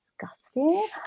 disgusting